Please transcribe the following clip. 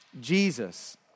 Jesus